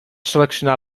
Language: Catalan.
seleccionar